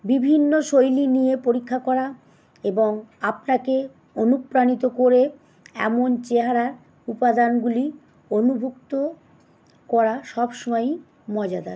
বিভিন্ন শৈলী নিয়ে পরীক্ষা করা এবং আপনাকে অনুপ্রাণিত করে এমন চেহারার উপাদানগুলি করা সবসময়ই মজাদার